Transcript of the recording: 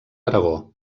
aragó